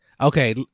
Okay